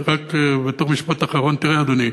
בתור משפט אחרון, תראה, אדוני,